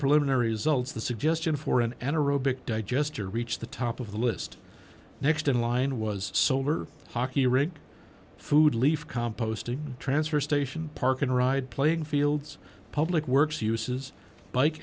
preliminary results the suggestion for an anaerobic digester reach the top of the list next in line was solar hockey rink food leaf composting transfer station park and ride playing fields public works uses bike